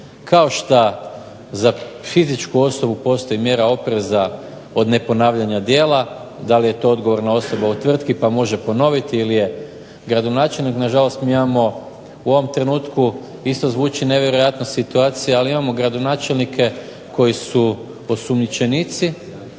kao što za fizičku osobu postoji mjera opreza od neponavljanja djela, da li je to odgovorna osoba u tvrtki pa može ponoviti ili je gradonačelnik. Mi imamo u ovom trenutku, isto zvuči nevjerojatno situacije, ali imamo gradonačelnike koji su osumnjičenici,